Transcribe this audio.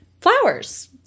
flowers